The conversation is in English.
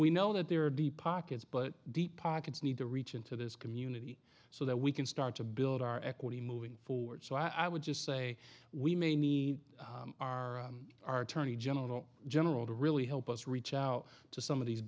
we know that there are deep pockets but deep pockets need to reach into this community so that we can start to build our equity moving forward so i would just say we may need our our attorney general general to really help us reach out to some of these